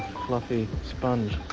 fluffy sponge